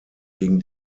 gegen